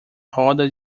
roda